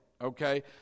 okay